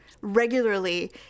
regularly